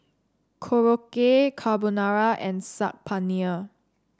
Korokke Carbonara and Saag Paneer